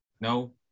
No